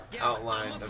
outline